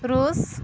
ରୁଷ